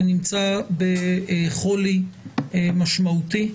שנמצא בחולי משמעותי,